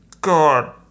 God